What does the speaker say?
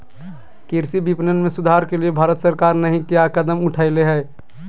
कृषि विपणन में सुधार के लिए भारत सरकार नहीं क्या कदम उठैले हैय?